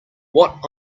what